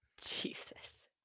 jesus